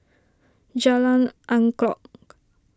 Jalan Angklong